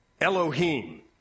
Elohim